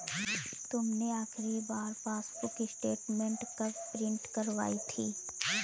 तुमने आखिरी बार पासबुक स्टेटमेंट कब प्रिन्ट करवाई थी?